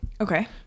Okay